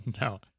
No